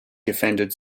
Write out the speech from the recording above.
defended